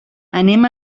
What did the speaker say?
anem